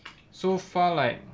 so far like